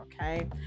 Okay